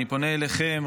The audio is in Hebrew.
אני פונה אליכם,